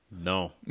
No